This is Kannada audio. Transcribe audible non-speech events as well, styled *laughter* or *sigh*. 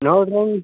ನೋಡಿ *unintelligible*